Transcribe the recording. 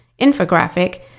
infographic